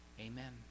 Amen